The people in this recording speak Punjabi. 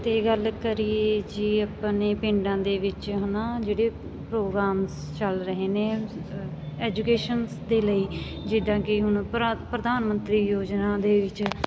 ਅਤੇ ਗੱਲ ਕਰੀਏ ਜੇ ਆਪਣੇ ਪਿੰਡਾਂ ਦੇ ਵਿੱਚ ਹੈ ਨਾ ਜਿਹੜੇ ਪ੍ਰੋਗਰਾਮਸ ਚੱਲ ਰਹੇ ਨੇ ਐਜੂਕੇਸ਼ਨ ਦੇ ਲਈ ਜਿਦਾਂ ਕਿ ਹੁਣ ਪ੍ਰ ਪ੍ਰਧਾਨ ਮੰਤਰੀ ਯੋਜਨਾ ਦੇ ਵਿੱਚ